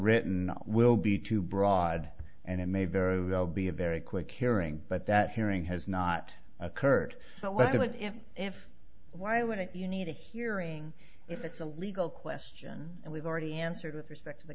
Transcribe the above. written will be too broad and it may very well be a very quick hearing but that hearing has not occurred but what if why wouldn't you need a hearing if it's a legal question we've already answered with respect to the